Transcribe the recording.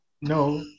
No